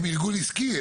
בז"ן הוא ארגון עסקי,